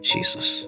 Jesus